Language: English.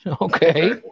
okay